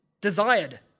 desired